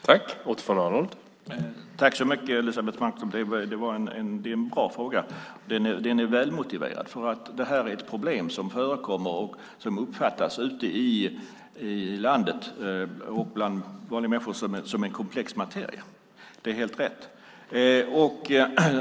Herr talman! Tack så mycket, Elisebeht Markström! Det är en bra fråga. Den är välmotiverad. Det här är ju ett problem som förekommer och som bland vanliga människor ute i landet uppfattas som en komplex materia. Det är helt rätt.